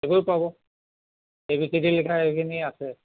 সেইবোৰ পাব লিখা সেইখিনি আছে